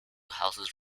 houses